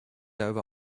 over